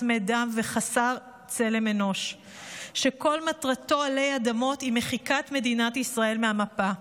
צמא דם וחסר צלם אנוש שכל מטרתו עלי אדמות היא מחיקת מדינת ישראל מהמפה.